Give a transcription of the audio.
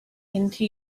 into